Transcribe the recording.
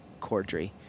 Cordry